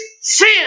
sin